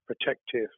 protective